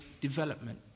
development